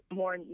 more